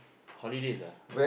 holidays ah